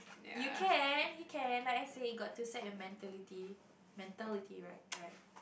you can you can like I say got this side mentality mentality right right